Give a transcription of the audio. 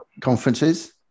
conferences